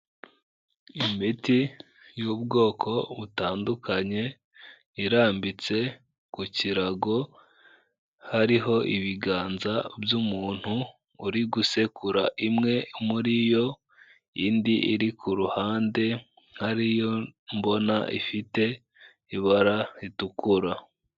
Imiti y'ubwoko butandukanye, irambitse ku kirago, hariho ibiganza by'umuntu, uri gusekura imwe muri yo, indi iri ku ruhande, hari iyo mbona ifite ibara ritukura.